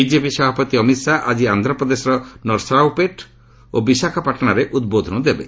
BJP ସଭାପତି ଅମିତ ଶାହା ଆନ୍ଧ୍ରପ୍ରଦେଶର ନର୍ସରାଓପେଟ ଓ ବିଶାଖାପାଟଣାରେ ଆକି ଉଦ୍ବୋଧନ ଦେବେ